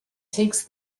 takes